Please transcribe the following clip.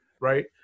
right